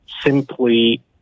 simply